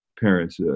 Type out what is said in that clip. parents